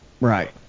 Right